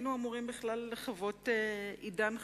היינו אמורים בכלל לחוות עידן חדש,